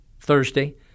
Thursday